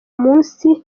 munsi